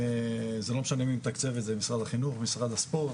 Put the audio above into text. זה לא משנה מי מתקצב את זה משרד החינוך או משרד הספורט,